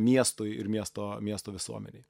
miestui ir miesto miesto visuomenei